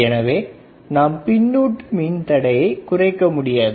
எனவே நாம் பின்னுட்டு மின்தடையை குறைக்க முடியாது